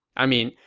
i mean,